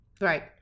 Right